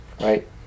right